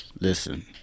listen